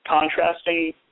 contrasting